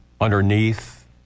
underneath